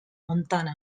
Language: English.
montana